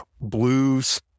blues